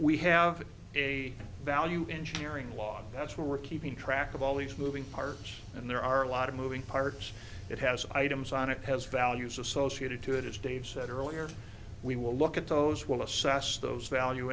we have a value engineering log that's where we're keeping track of all these moving parts and there are a lot of moving parts it has items on it has values associated to it as dave said earlier we will look at those will assess those value